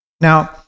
Now